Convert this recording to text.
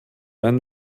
einen